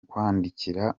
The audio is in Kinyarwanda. kukwandikira